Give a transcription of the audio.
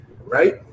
right